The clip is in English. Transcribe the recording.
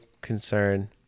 concern